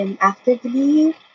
actively